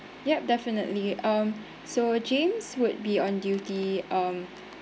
yup definitely um so james would be on duty um